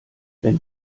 wenn